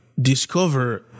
discover